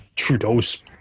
Trudeau's